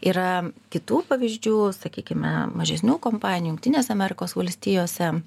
yra kitų pavyzdžių sakykime mažesnių kompanijų jungtinėse amerikos valstijose